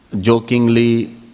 jokingly